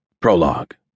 Prologue